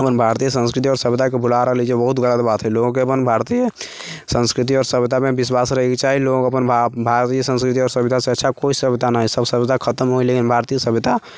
अपन भारतीय संस्कृति आओर सभ्यताके भुला रहल हइ जे ओ बहुत गलत बात हइ लोककेँ अपन भारतीय संस्कृति आओर सभ्यतामे विश्वास रखयके चाही लोक अपन भारतीय संस्कृति आओर सभ्यतासँ अच्छा कोइ सभ्यता न हइ सभ सभ्यता खतम होलै लेकिन भारतीय सभ्यता